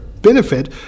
benefit